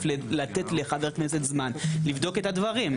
לתת לחבר כנסת זמן לבדוק את הדברים.